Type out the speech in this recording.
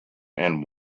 and